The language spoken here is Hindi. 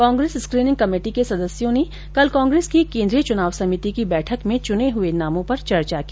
कांग्रेस स्कीनिंग कमेटी के सदस्यों ने कल कांग्रेस की केंद्रीय चुनाव समिति की बैठक में चुने हए नामों पर चर्चा की